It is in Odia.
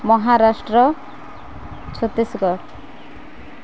ମହାରାଷ୍ଟ୍ର ଛତିଶଗଡ଼